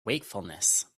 wakefulness